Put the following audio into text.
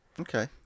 Okay